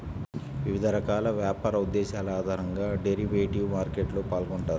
వివిధ రకాల వ్యాపార ఉద్దేశాల ఆధారంగా డెరివేటివ్ మార్కెట్లో పాల్గొంటారు